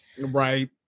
Right